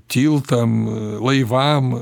tiltam laivam